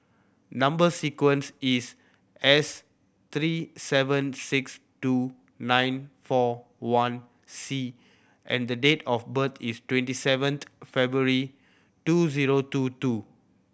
number sequence is S three seven six two nine four one C and the date of birth is twenty seventh February two zero two two